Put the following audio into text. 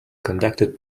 conducted